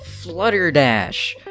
Flutterdash